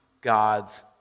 God's